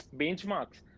benchmarks